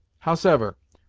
howsever,